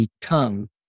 become